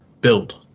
build